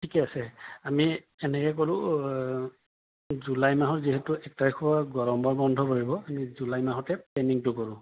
ঠিকে আছে আমি এনেকৈ কৰোঁ জুলাই মাহত যিহেতু এক তাৰিখৰপৰা গৰমৰ বন্ধ পৰিব এই জুলাই মাহতে প্লেনিংটো কৰোঁ